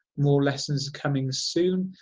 more lessons coming soon,